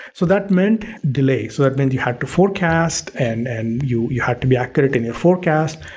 so that meant delays, so that meant you had to forecast and and you you have to be accurate in your forecast.